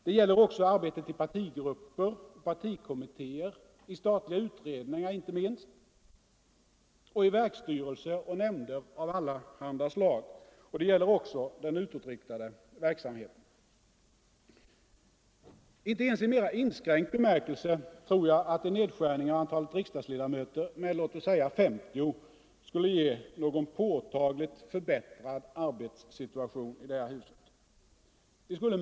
Det gäller också arbetet i partigrupper och partikommittéer samt inte minst i statliga utredningar, i verkstyrelser och nämnder av allehanda slag. Och det gäller också den utåtriktade verksamheten. Inte ens i mera inskränkt bemärkelse skulle, tror jag, en nedskärning av antalet riksdagsledamöter med låt oss säga 50 ge någon påtagligt förbättrad arbetssituation här i huset.